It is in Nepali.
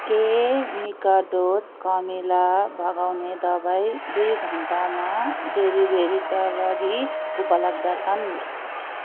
के मिकाडोस् कमिला भगाउने दबाई दुई घन्टामा डेलिभरीका लागि उपलब्ध छन्